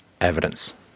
evidence